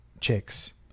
chicks